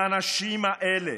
האנשים האלה,